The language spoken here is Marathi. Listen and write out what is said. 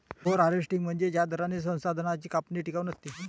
ओव्हर हार्वेस्टिंग म्हणजे ज्या दराने संसाधनांची कापणी टिकाऊ नसते